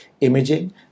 imaging